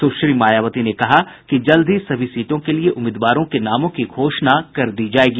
सुश्री मायावती ने कहा कि जल्द ही सभी सीटों के लिये उम्मीदवारों के नामों की घोषणा कर दी जायेगी